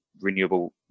renewable